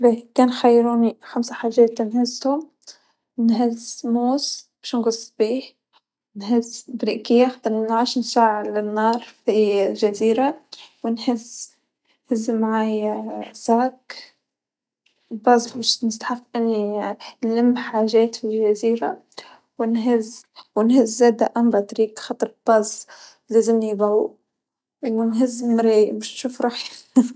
راح آخذ أكل ،شرب ،ملابس، وكتب، ما أظن راح أحتاج الشيء الخامس، الا- الا بعد راح أخذ خيمة من شان ننام فيها، بس طبعا أكل الشرب، الغدي تبعي، ملابس، كتب بتسليني طوال العام، ما أبغي شي ثاني.